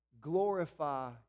glorify